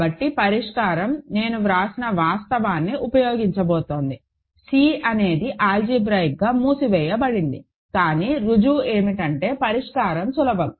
కాబట్టి పరిష్కారం నేను వ్రాసిన వాస్తవాన్ని ఉపయోగించబోతోంది C అనేది ఆల్జీబ్రాయిక్ గా మూసివేయబడింది కానీ రుజువు ఏమిటంటే పరిష్కారం సులభం